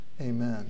Amen